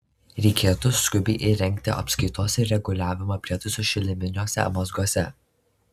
reikėtų skubiai įrengti apskaitos ir reguliavimo prietaisus šiluminiuose mazguose